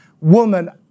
woman